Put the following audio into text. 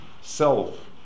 self